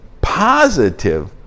positive